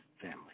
family